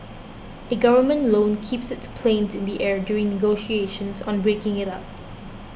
a government loan kept its planes in the air during negotiations on breaking it up